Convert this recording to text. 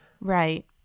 right